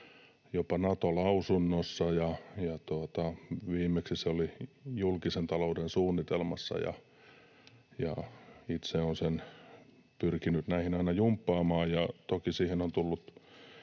jopa Nato-lausunnossa, ja viimeksi se oli julkisen talouden suunnitelmassa. Itse olen sen pyrkinyt näihin aina jumppaamaan. Toki, kun